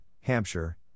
Hampshire